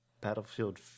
Battlefield